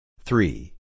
Three